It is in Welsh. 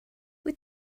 wyt